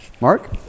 Mark